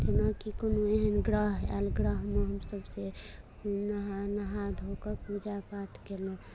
जेनाकि कोनो एहन ग्रह आयल ग्रहमे हमसभ से नहा नहा धो कऽ पूजा पाठ कयलहुँ